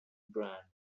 brand